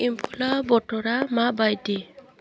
इमफालाव बोथोरा माबायदि